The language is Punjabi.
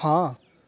ਹਾਂ